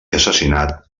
assassinat